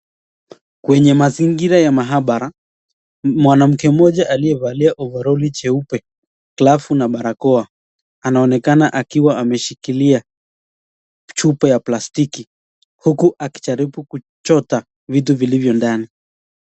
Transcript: Kwenye mazingira ya mahabara Kuna mwanamke moja aliyefalia ovaroli cheupe glavu na barakoa anaonekana akiwa ameshikilia chupa ya plastiki huku akijaribu kuchota vilivyo ndani.